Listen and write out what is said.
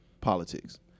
politics